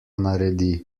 naredi